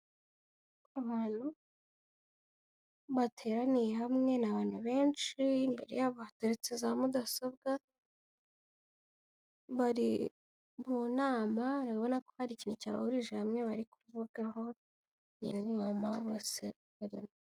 Abantu bateraniye hamwe, ni abantu benshi, imbere yabo hateretse za mudasobwa bari mu nama, urababona ko hari ikintu cyabahurije hamwe bari kuvugaho muri iyo nama.